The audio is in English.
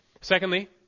Secondly